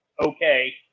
okay